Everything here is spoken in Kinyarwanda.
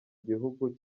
gihugu